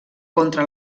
contra